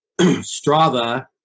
Strava